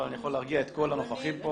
אבל אני יכול להרגיע את כל הנוכחים פה.